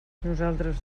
nosaltres